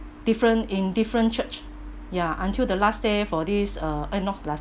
different in different church ya until the last day for this uh eh not last